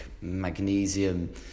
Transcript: magnesium